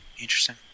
Interesting